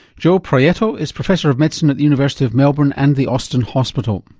joe proietto is professor of medicine at the university of melbourne and the austin hospital.